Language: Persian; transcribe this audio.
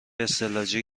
استعلاجی